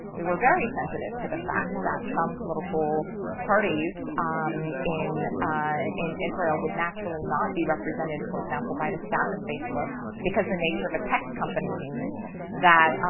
we were very sensitive to the fact that some political parties in ah in israel would naturally not be represented, for example, by the staff at facebook because the nature of a tech company means that,